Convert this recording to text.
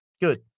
Good